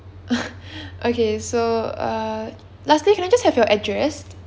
okay so uh lastly can I just have your address